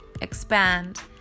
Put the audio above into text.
expand